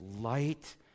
Light